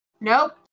Nope